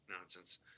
nonsense